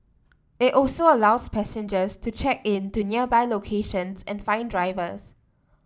it also allows passengers to check in to nearby locations and find drivers